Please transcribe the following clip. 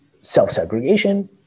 self-segregation